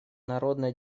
народно